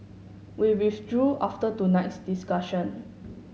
we withdrew after tonight's discussion